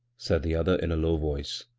said the other in a low voice,